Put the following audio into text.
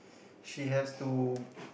she has to